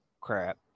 crap